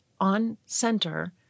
on-center